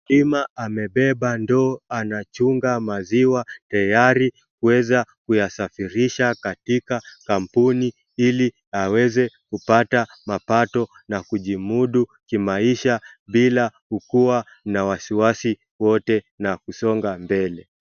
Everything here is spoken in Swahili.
Mkulima anabeba ndoo anachuga maziwa tayari kuweza kuyasafirisha katika kampuni ili aweze kupata mapato na kujimudu kimaisha bila kukuwa na wasiwasi wote na kusonga mbele.